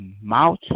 mouth